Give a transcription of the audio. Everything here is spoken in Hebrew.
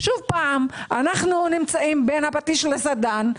אנחנו נמצאים בין הפטיש לסדן.